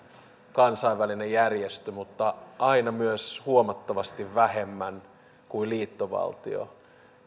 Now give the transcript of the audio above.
kansainvälinen järjestö mutta aina myös huomattavasti vähemmän kuin liittovaltio